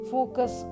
Focus